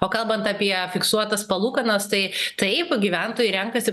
o kalbant apie fiksuotas palūkanas tai taip gyventojai renkasi